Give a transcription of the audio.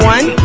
One